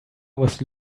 was